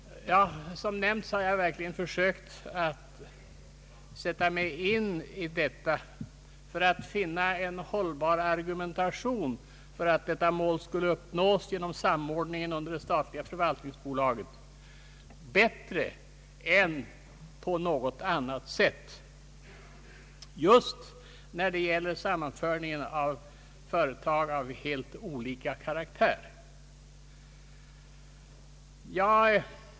Som nämnt har jag verkligen försökt sätta mig in i statsrådets tankegångar i avsikt att finna en hållbar argumentation för att detta mål skulle uppnås genom samordning under det statliga förvaltningsbolaget, och därtill uppnå det bättre än på något annat sätt just när det gäller sammanföringen av företag av helt olika karaktär.